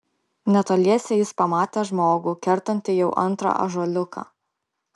netoliese jis pamatė žmogų kertantį jau antrą ąžuoliuką